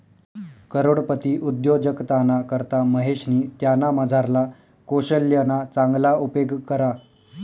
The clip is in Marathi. करोडपती उद्योजकताना करता महेशनी त्यानामझारला कोशल्यना चांगला उपेग करा